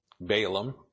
Balaam